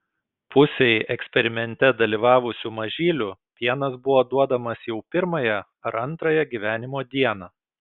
pusei eksperimente dalyvavusių mažylių pienas buvo duodamas jau pirmąją ar antrąją gyvenimo dieną